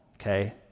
okay